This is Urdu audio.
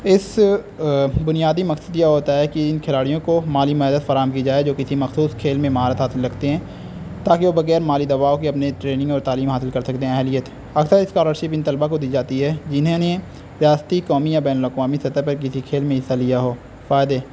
اس بنیادی مقصدیا ہوتا ہے کہ ان کھلاڑیوں کو مالی مدد فراہم کی جائے جو کسی مخصوص کھیل میں مہارت حاصل رکھتے ہیں تاکہ وہ بغیر مالی دباؤ کی اپنی ٹریننگ اور تعلیم حاصل کر سکتے ہیں اہلیت اکثر اسکالرشپ ان طلبا کو دی جاتی ہے جنہوں نے ریاستی قومی یا بین الاقوامی سطح پر کسی کھیل میں حصہ لیا ہو فائدے